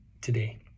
today